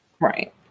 right